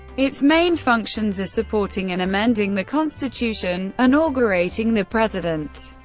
its main functions are supporting and amending the constitution, inaugurating the president,